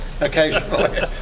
occasionally